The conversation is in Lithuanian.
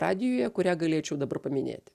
radijuje kurią galėčiau dabar paminėti